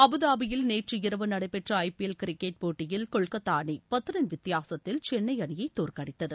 அபுதாபியில் நேற்றிரவு நடைபெற்ற ஐ பி எல் கிரிக்கெட் போட்டியில் கொல்கத்தா அணி பத்து ரன் வித்தியாசத்தில் சென்னை அணியை தோற்கடித்தது